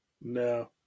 No